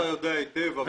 עליהם את הידיים.